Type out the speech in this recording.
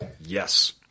Yes